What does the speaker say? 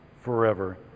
forever